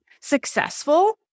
successful